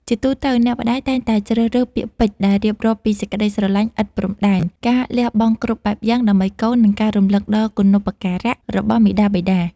ជាទូទៅ អ្នកម្ដាយតែងតែជ្រើសរើសពាក្យពេចន៍ដែលរៀបរាប់ពីសេចក្តីស្រឡាញ់ឥតព្រំដែន ការលះបង់គ្រប់បែបយ៉ាងដើម្បីកូន និងការរំលឹកដល់គុណូបការៈរបស់មាតាបិតា។